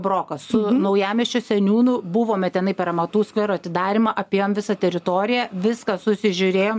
brokas su naujamiesčio seniūnu buvome tenai per amatų skvero atidarymą apėjom visą teritoriją viską susižiūrėjom